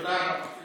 תודה רבה.